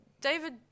David